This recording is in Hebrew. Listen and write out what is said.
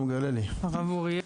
הרב אוריאל,